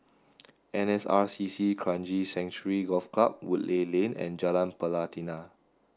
N S R C C Kranji Sanctuary Golf Club Woodleigh Lane and Jalan Pelatina